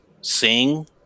sing